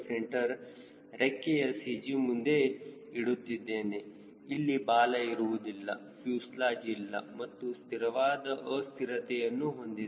c ರೆಕ್ಕೆಯ CG ಮುಂದೆ ಇಡುತ್ತಿದ್ದೇನೆ ಇಲ್ಲಿ ಬಾಲ ಇರುವುದಿಲ್ಲ ಫ್ಯೂಸೆಲಾಜ್ ಇಲ್ಲ ಇದು ಸ್ಥಿರವಾದ ಅಸ್ಥಿರತೆಯನ್ನು ಹೊಂದಿದೆ